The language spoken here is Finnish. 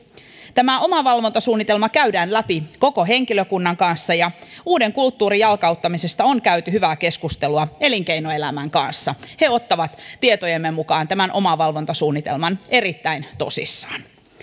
tämä omavalvontasuunnitelma käydään läpi koko henkilökunnan kanssa uuden kulttuurin jalkauttamisesta on käyty hyvää keskustelua elinkeinoelämän kanssa siellä otetaan tietojemme mukaan tämä omavalvontasuunnitelma erittäin tosissaan